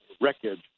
wreckage